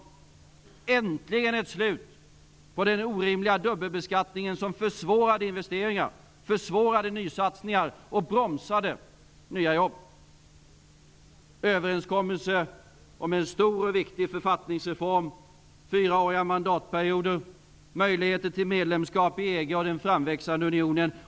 Nu är det äntligen ett slut med den orimliga dubbelbeskattningen som försvårade investeringar, nysatsningar och bromsade nya jobb. En överenskommelse har träffats om en stor och viktig författningsreform -- fyraåriga mandatperioder. Det har öppnats möjligheter till medlemskap i EG och den framväxande unionen.